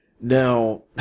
Now